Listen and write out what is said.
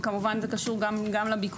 וכמובן שזה קשור גם לביקוש,